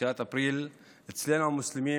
תחילת אפריל, אצלנו המוסלמים